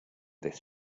this